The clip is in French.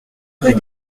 rue